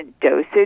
dosage